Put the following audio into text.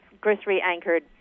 grocery-anchored